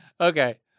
Okay